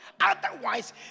Otherwise